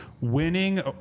Winning